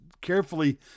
carefully